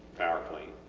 power clean,